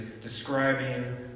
describing